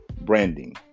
branding